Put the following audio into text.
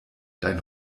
dein